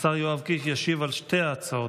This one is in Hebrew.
השר יואב קיש ישיב על שתי ההצעות.